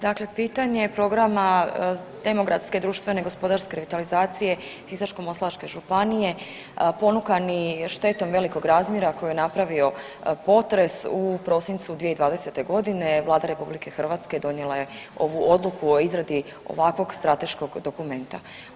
Dakle pitanje programa demografske društvene gospodarske revitalizacije Sisačko-moslavačke županije ponukani štetom velikog razmjera koji je napravio potres u prosincu 2020. godine Vlada RH donijela je ovu odluku o izradi ovakvog strateškog dokumenta.